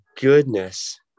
goodness